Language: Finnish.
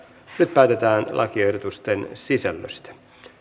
nyt päätetään lakiehdotusten sisällöstä